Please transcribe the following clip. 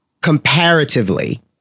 comparatively